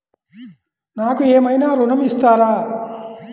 నాకు ఏమైనా ఋణం ఇస్తారా?